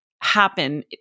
happen